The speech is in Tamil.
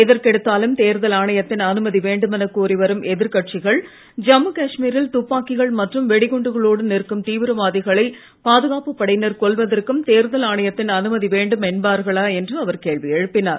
எதற்கெடுத்தாலும் தேர்தல் ஆணையத்தின் அனுமதி வேண்டுமென கோரி வரும் எதிர் கட்சிகள் ஜம்மு காஷ்மீ ரில் துப்பாக்கிகள் மற்றும் வெடிகுண்டுகளோடு நிற்கும் தீவிரவாதிகளை பாதுகாப்புப் படையினர் கொல்வதற்கும் தேர்தல் ஆணையத்தின் அனுமதி வேண்டும் என்பார்களா என்று அவர் கேள்வி எழுப்பினார்